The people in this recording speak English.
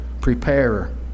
preparer